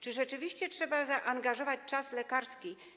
Czy rzeczywiście trzeba zaangażować czas lekarski.